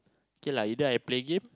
okay lah either I play game